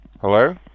Hello